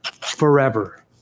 forever